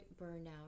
burnout